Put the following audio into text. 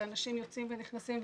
ואנשים יוצאים ונכנסים,